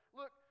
look